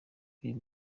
uyu